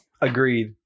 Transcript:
Agreed